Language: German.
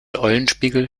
eulenspiegel